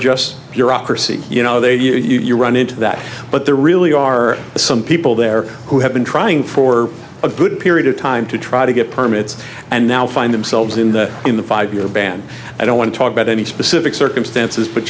bureaucracy you know they you run into that but there really are some people there who have been trying for a good period of time to try to get permits and now find themselves in the in the five year ban i don't want to talk about any specific circumstances but